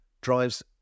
drives